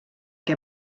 que